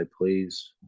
please